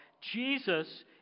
Jesus